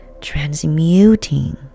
transmuting